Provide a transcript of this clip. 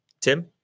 Tim